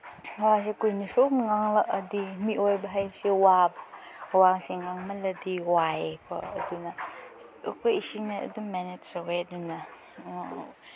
ꯋꯥꯁꯦ ꯀꯨꯏꯅ ꯁꯨꯝ ꯉꯥꯡꯂꯛꯑꯗꯤ ꯃꯤꯑꯣꯏꯕ ꯍꯥꯏꯕꯁꯦ ꯋꯥꯁꯦ ꯉꯥꯡꯃꯜꯂꯗꯤ ꯋꯥꯏꯌꯦ ꯀꯣ ꯑꯗꯨꯅ ꯑꯩꯈꯣꯏ ꯏꯁꯤꯡꯅ ꯑꯗꯨꯝ ꯃꯦꯅꯦꯖ ꯇꯧꯋꯦ ꯑꯗꯨꯅ